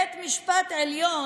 בית המשפט העליון,